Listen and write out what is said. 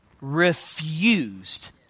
refused